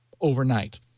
overnight